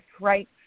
right